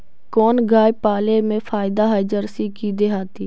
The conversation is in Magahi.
कोन गाय पाले मे फायदा है जरसी कि देहाती?